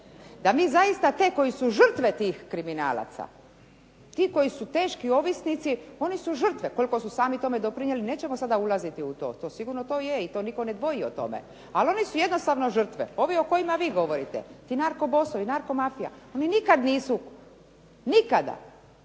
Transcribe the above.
da mi zaista te koji su žrtve tih kriminalaca, ti koji su teški ovisnici oni su žrtve. Koliko su sami tome doprinijeli nećemo sada ulaziti u to. To sigurno to je i to nitko ne dvoji o tome. Ali oni su jednostavno žrtve, ovi o kojima vi govorite, ti narko bosovi, narko mafija oni nikad nisu, nikada